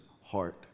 heart